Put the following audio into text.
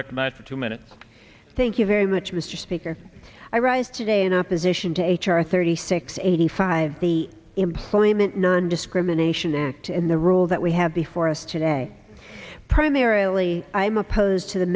matter two minutes thank you very much mr speaker i rise today in opposition to h r thirty six eighty five the employment nondiscrimination act and the rules that we have before us today primarily i am opposed to the